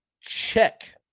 check